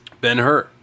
Ben-Hur